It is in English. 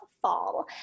fall